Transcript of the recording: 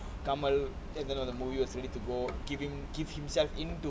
karmen if you know the movie was for you to go giving give himself into